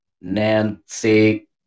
Nancy